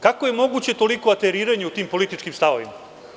Kako je moguće toliko ateriranje u tim političkim stavovima?